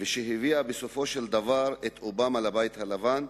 והביאה בסופו של דבר את אובמה לבית הלבן,